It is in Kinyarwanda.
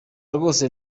rwose